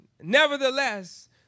Nevertheless